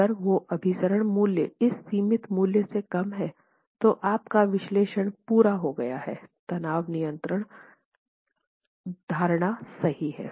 अगर वो अभिसरण मूल्य इस सीमित मूल्य से कम है तो आपका विश्लेषण पूरा हो गया है तनाव नियंत्रित धारणा सही है